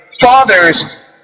fathers